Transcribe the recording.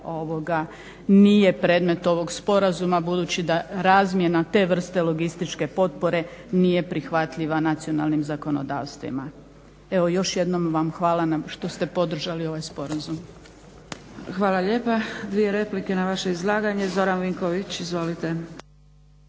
nije predmet ovog sporazuma, budući da razmjena te vrste logističke potpore nije prihvatljiva nacionalnim zakonodavstvima. Evo još jednom vam hvala što ste podržali ovaj sporazum. **Zgrebec, Dragica (SDP)** Hvala lijepa. Dvije replike na vaše izlaganje. Zoran Vinković. Izvolite.